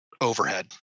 overhead